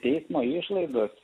teismo išlaidos